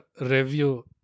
review